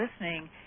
listening